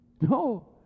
No